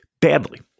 Badly